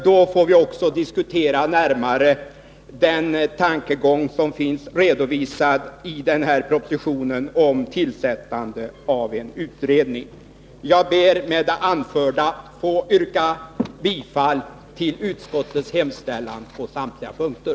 Då får vi också närmare diskutera den tankegång som finns redovisad i den föreliggande propositionen om tillsättandet av en utredning. Jag ber med det anförda att få yrka bifall till utskottets hemställan på samtliga punkter.